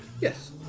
Yes